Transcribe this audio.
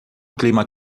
clima